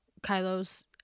kylo's